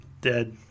dead